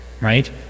right